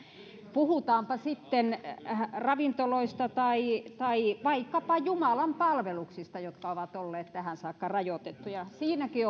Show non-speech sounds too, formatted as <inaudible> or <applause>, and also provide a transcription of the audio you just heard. puhutaanpa sitten ravintoloista tai tai vaikkapa jumalanpalveluksista jotka ovat olleet tähän saakka rajoitettuja siinäkin <unintelligible>